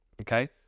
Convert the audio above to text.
okay